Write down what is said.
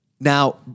Now